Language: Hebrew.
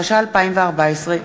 התשע"ה 2014,